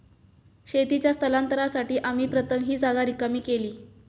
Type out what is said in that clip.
शेतीच्या स्थलांतरासाठी आम्ही प्रथम ही जागा रिकामी केली